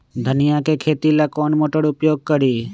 धनिया के खेती ला कौन मोटर उपयोग करी?